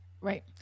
Right